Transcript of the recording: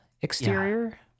exterior